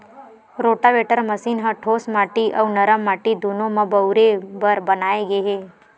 rotavator machine ह ठोस माटी अउ नरम माटी दूनो म बउरे बर बनाए गे हे